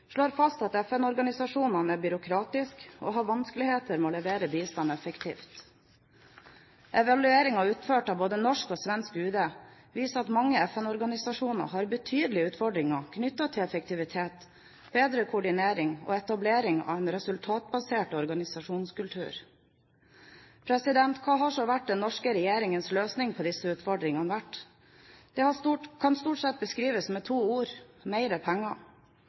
slår fast at FN-organisasjonene er byråkratiske og har vanskeligheter med å levere bistand effektivt. Evalueringer utført at både norsk og svensk UD viser at mange FN-organisasjoner har betydelige utfordringer knyttet til effektivitet, bedre koordinering og etableringen av en resultatbasert organisasjonskultur. Hva har så vært den norske regjeringens løsning på disse utfordringene? Det kan stort sett beskrives med to ord: mer penger.